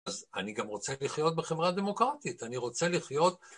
אז אני גם רוצה לחיות בחברה דמוקרטית, אני רוצה לחיות.